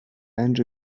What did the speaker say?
رنج